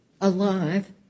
alive